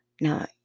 now